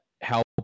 help